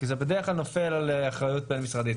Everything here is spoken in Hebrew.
כי זה בדרך כלל נופל על אחריות בין-משרדית,